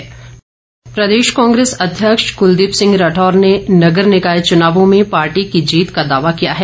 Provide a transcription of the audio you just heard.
राठौर इस बीच प्रदेश कांग्रेस अध्यक्ष कुलदीप राठौर ने नगर निकाय चुनावों में पार्टी की जीत का दावा किया है